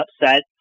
upset